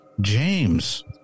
James